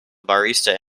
barista